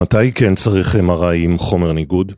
מתי כן צריכה מראה עם חומר ניגוד?